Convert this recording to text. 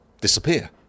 disappear